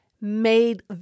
made